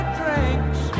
drinks